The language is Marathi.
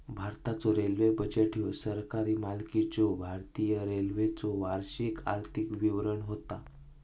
भारताचो रेल्वे बजेट ह्यो सरकारी मालकीच्यो भारतीय रेल्वेचो वार्षिक आर्थिक विवरण होता